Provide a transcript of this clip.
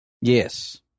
Yes